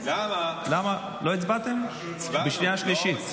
לא הצבעתם בשנייה-שלישית?